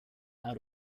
out